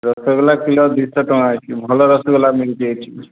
rasgulla kilo ଦୁଇଶହ ଟଙ୍କା ଅଛି ଭଲ ରସଗୋଲା ମିଳୁଛି ଏଠି